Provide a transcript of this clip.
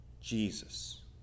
Jesus